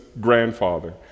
grandfather